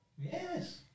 Yes